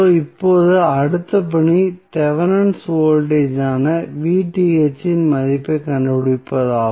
இப்போது அடுத்த பணி தெவெனின் வோல்டேஜ் ஆன இன் மதிப்பைக் கண்டுபிடிப்பதாகும்